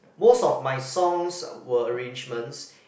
most of my songs were arrangements